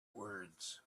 words